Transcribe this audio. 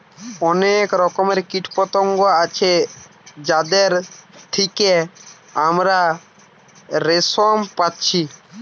অনেক রকমের কীটপতঙ্গ আছে যাদের থিকে আমরা রেশম পাচ্ছি